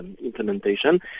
implementation